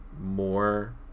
more